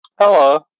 Hello